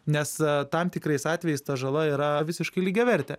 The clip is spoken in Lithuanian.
nes tam tikrais atvejais ta žala yra visiškai lygiavertė